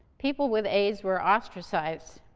people with aids were ostracized.